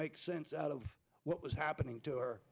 make sense out of what was happening to her